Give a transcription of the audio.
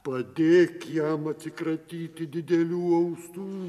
padėk jam atsikratyti didelių ausų